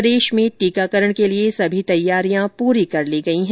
प्रदेश में टीकाकरण के लिए सभी तैयारियां पूरी कर ली गई हैं